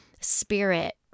spirit